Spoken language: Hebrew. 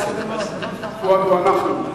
פואד הוא אנחנו.